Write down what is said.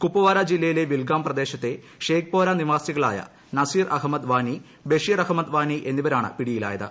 കുപ്വാര ജില്ലയിലെ വിൽഗാം പ്രദേശത്തെ ഷെയ്ഖ്പോറ നിവാസികളായ നസീർ അഹമ്മദ് വാനി ബഷീർ അഹമ്മദ് വാനി എന്നിവരാണ് പിടിയിലായത്